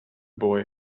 boy